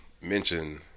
mention